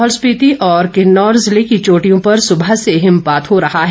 लाहौल स्पीति और किन्नौर ज़िले की चोटियों पर सुबह से हिमपात हो रहा है